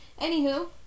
Anywho